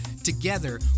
together